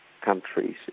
countries